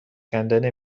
کندن